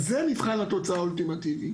זה מבחן התוצאה האולטימטיבי.